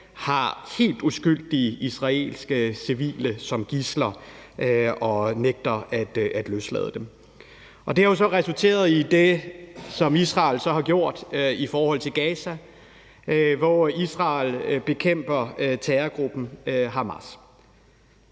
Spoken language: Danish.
har helt uskyldige israelske civile som gidsler og nægter at løslade dem. Og det har jo så resulteret i det, som Israel har gjort i forhold til Gaza, hvor Israel bekæmper terrorgruppen Hamas.